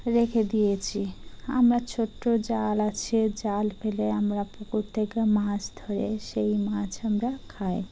রেখে দিয়েছি আমরা ছোট্টো জাল আছে জাল ফেলে আমরা পুকুর থেকে মাছ ধরে সেই মাছ আমরা খাই